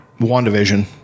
WandaVision